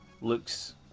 looks